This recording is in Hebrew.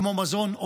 כמו מזון,